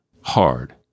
hard